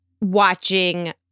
watching